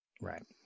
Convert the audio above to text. right